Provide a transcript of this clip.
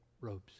robes